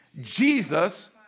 Jesus